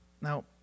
Now